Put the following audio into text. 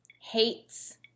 hates